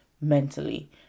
mentally